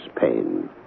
pain